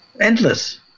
Endless